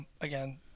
again